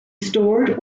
stored